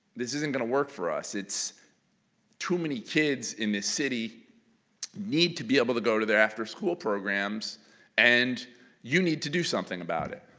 this isn't going to work for us. too many kids in this city need to be able to go to their after-school programs and you need to do something about it.